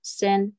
sin